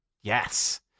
yes